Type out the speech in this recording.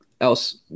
else